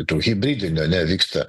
tų hibridinių ane vyksta